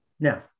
Now